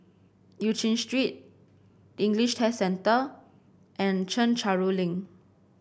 Eu Chin Street English Test Centre and Chencharu Link